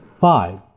five